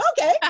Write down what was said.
okay